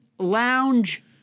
lounge